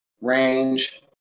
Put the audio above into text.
range